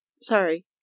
Sorry